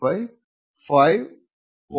25 0